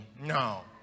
no